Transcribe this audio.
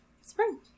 spring